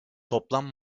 toplam